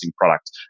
product